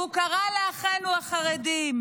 הוא קרא לאחינו החרדים,